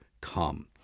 come